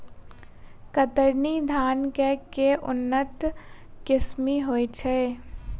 कतरनी धान केँ के उन्नत किसिम होइ छैय?